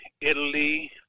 Italy